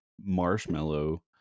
marshmallow